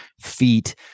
feet